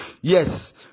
Yes